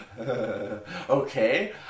Okay